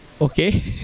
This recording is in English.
Okay